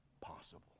possible